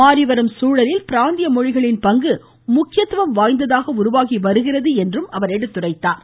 மாறிவரும் சூழலில் பிராந்திய மொழிகளின் பங்கு முக்கியத்துவம் வாய்ந்ததாக உருவாகி வருகிறது என்றும் குறிப்பிட்டார்